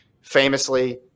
famously